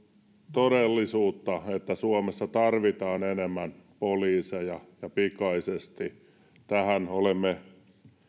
todellisuutta että suomessa tarvitaan enemmän poliiseja ja pikaisesti tähän olemme